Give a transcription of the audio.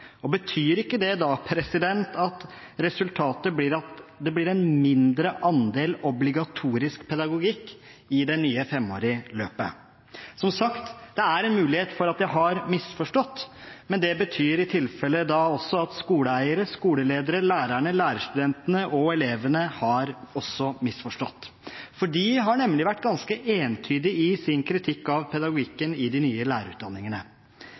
Betyr ikke det da at resultatet blir at det blir en mindre andel obligatorisk pedagogikk i det nye femårige løpet? Som sagt: Det er en mulighet for at jeg har misforstått, men det betyr i tilfelle at også skoleeiere, skoleledere, lærere, lærerstudenter og elever har misforstått. De har nemlig vært ganske entydige i sin kritikk av pedagogikken i de nye lærerutdanningene.